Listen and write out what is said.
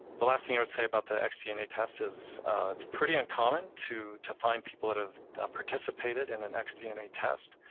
the last thing i would say about the x-dna test is it's pretty uncommon to to find people that have participated in an x-dna and test.